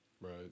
Right